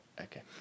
okay